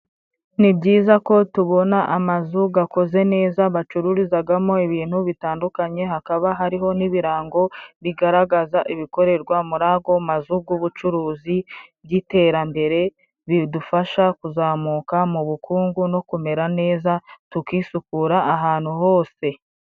Ni byiza ko tubona amazu gakoze neza bacururizagamo ibintu bitandukanye, hakaba hariho n'ibirango bigaragaza ibikorerwa muri ago mazu g'ubucuruzi g'iterambere, bidufasha kuzamuka mu bukungu no kumera neza tukisukura ahantu hose.